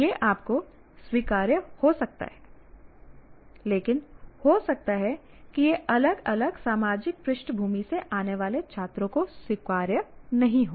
यह आपको स्वीकार्य हो सकता है लेकिन हो सकता है यह अलग अलग सामाजिक पृष्ठभूमि से आने वाले छात्रों को स्वीकार्य नहीं हो